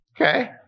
Okay